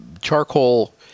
charcoal